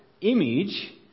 image